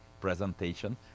presentation